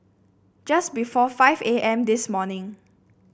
just before five A M this morning